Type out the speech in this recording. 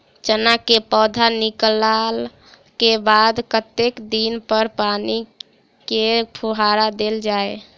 चना केँ पौधा निकलला केँ बाद कत्ते दिन पर पानि केँ फुहार देल जाएँ?